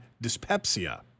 dyspepsia